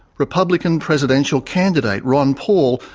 republican presidential candidate, ron paul,